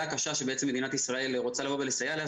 הקשה שבעצם מדינת ישראל רוצה לבוא ולסייע לה,